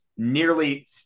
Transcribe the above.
Nearly